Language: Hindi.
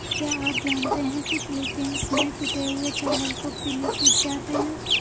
क्या आप जानते हैं कि फिलीपींस में पिटे हुए चावल को पिनिपिग कहते हैं